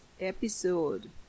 episode